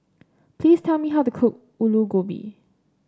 please tell me how to cook Aloo Gobi